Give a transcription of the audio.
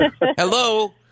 Hello